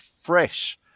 fresh